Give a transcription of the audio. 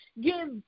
give